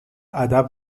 ادب